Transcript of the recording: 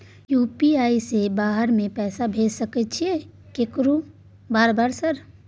UPI से बाहर में पैसा भेज सकय छीयै केकरो बार बार सर?